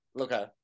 Okay